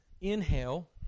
inhale